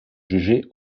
jugé